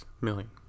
million